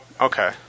okay